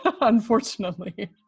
Unfortunately